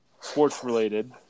sports-related